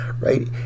right